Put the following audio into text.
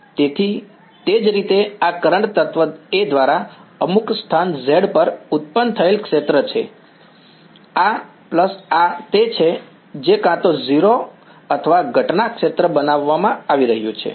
તેથી તે જ રીતે આ કરંટ તત્વ A દ્વારા અમુક સ્થાન z પર ઉત્પન્ન થયેલ ક્ષેત્ર છે આ વત્તા આ તે છે જે કાં તો 0 અથવા ઘટના ક્ષેત્ર બનાવવામાં આવી રહ્યું છે